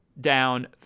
down